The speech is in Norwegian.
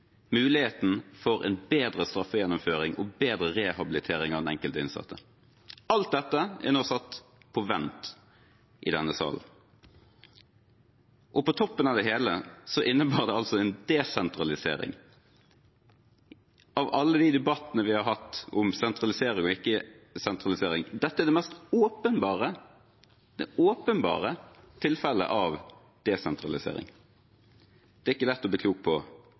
muligheten for en bedre straffegjennomføring og bedre rehabilitering av den enkelte innsatte. Alt dette er nå satt på vent i denne salen. På toppen av det hele innebar det altså en desentralisering. Av alle de debattene vi har hatt om sentralisering og ikke-sentralisering, er dette det mest åpenbare tilfellet av desentralisering. Det er ikke lett å bli klok på.